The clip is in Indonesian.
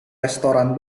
restoran